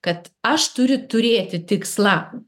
kad aš turiu turėti tikslą